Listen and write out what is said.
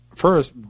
First